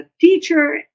teacher